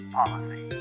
policy